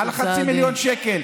ראינו על החצי מיליון שקל.